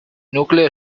núcleo